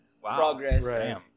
progress